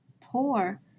Poor